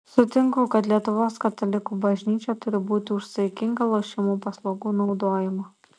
sutinku kad lietuvos katalikų bažnyčia turi būti už saikingą lošimų paslaugų naudojimą